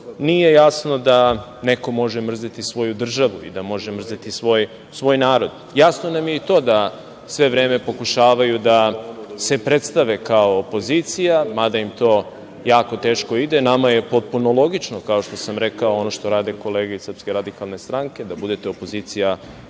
nije jasno da neko može mrzeti svoju državu i da može mrzeti svoj narod. Jasno nam je i to da sve vreme pokušavaju da se predstave kao opozicija, mada im to jako teško ide. Nama je potpuno logično, kao što sam rekao ono što rade kolege iz SRS da budete opozicija